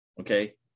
okay